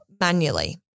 manually